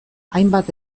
hainbat